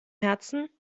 herzen